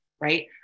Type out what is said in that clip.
right